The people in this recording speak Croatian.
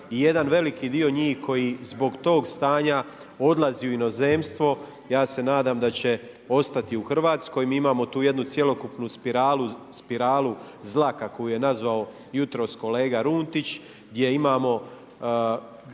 I jedan veliki dio njih koji zbog tog stanja odlazi u inozemstvo. Ja se nadam da će ostati u Hrvatskoj. Mi imamo tu jednu cjelokupnu spiralu zla kako ju je nazvao jutros kolega Runtić, gdje imamo